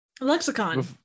Lexicon